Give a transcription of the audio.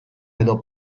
edo